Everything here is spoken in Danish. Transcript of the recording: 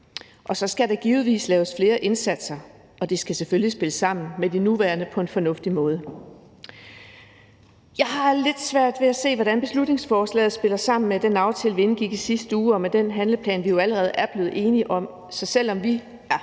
Så skal der givetvis laves flere indsatser, og de skal selvfølgelig spille sammen med de nuværende på en fornuftig måde. Jeg har lidt svært ved at se, hvordan beslutningsforslaget spiller sammen med den aftale, vi indgik i sidste uge, og med den handleplan, vi jo allerede er blevet enige om. Så selv om vi er